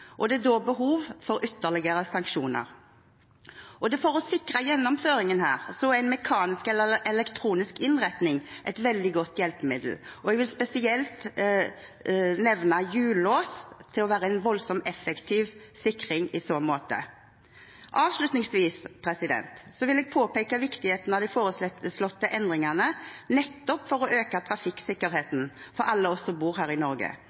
Det er da behov for ytterligere sanksjoner. For å sikre gjennomføringen her er mekaniske eller elektroniske innretninger veldig gode hjelpemidler. Jeg vil spesielt nevne hjullås, som er en voldsomt effektiv sikring i så måte. Avslutningsvis vil jeg påpeke viktigheten av de foreslåtte endringene, nettopp for å øke trafikksikkerheten for alle oss som bor her i Norge,